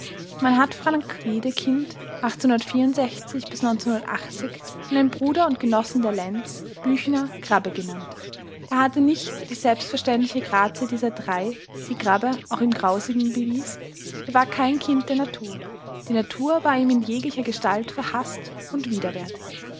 man hat frank wedekind an einem bruder und genossen der lenz büchner grabbe genannt er hatte nicht die selbstverständliche grazie dieser drei die grabbe auch im grausigen bewies er war kein kind der natur die natur war ihm in jeglicher gestalt verhaßt und widerwärtig